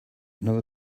another